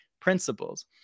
principles